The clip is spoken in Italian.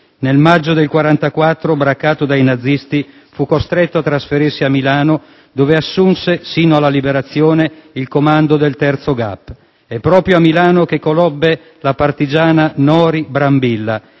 nel maggio del 1944, braccato dai nazisti, fu costretto a trasferirsi a Milano, dove assunse, sino alla liberazione, il comando del terzo Gap. È proprio a Milano che conobbe la partigiana Nori Brambilla,